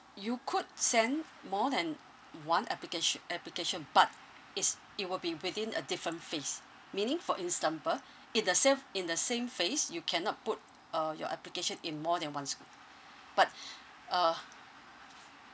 you could send more than one applicatio~ application but is it will be within a different phase meaning for example in the sa~ ph~ in the same phase you cannot put uh your application in more than one school but uh